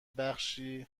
بخشی